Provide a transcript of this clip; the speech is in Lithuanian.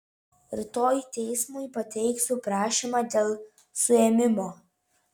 rytoj teismui pateiksiu prašymą dėl suėmimo